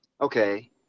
okay